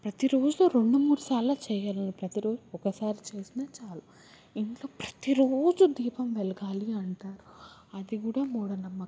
ప్రతి రోజు రెండు మూడు సార్లు చెయ్యాలా ప్రతి రోజు ఒకసారి చేసిన చాలు ఇంట్లో ప్రతి రోజు దీపం వెలగాలి అంటారు అది కూడా మూఢనమ్మకం